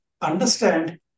understand